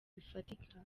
bifatika